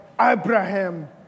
Abraham